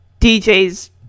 DJ's